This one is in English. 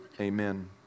Amen